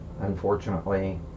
Unfortunately